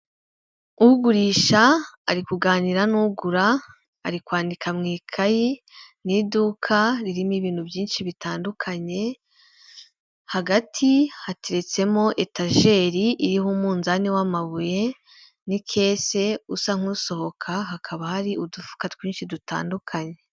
Ugurisha ari kuganira n'ugura, ari kwandika mu ikayi, ni iduka ririmo ibintu byinshi bitandukanye, hagati hateretsemo etajeri iriho umunzani w'amabuye n'ikesi, usa nk'usohoka hakaba hari udufuka twinshi dutandukanye.